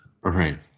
right